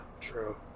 true